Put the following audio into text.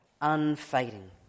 unfading